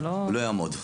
הוא לא יעמוד.